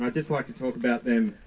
i'd just like to talk about them.